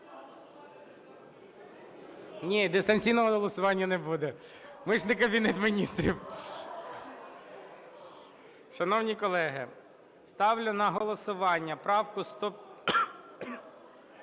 Ні, дистанційного голосування не буде. Ми ж не Кабінет Міністрів. Шановні колеги, ставлю на голосування правку 157